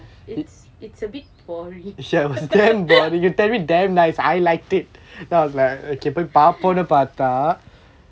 it's it's a bit boring